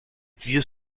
vieux